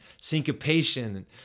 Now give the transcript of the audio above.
syncopation